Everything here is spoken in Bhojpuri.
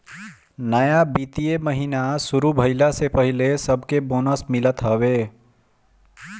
नया वित्तीय महिना शुरू भईला से पहिले सबके बोनस मिलत हवे